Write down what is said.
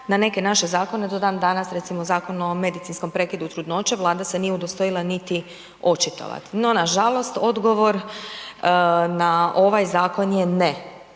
na neke naše zakone do danas recimo Zakon o medicinskim prekidu trudnoće, Vlada se nije udostojila niti očitovati. No nažalost odgovor na ovaj zakon je ne.